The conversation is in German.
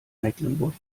mecklenburg